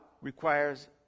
requires